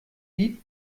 lied